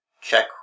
Check